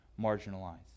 marginalized